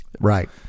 Right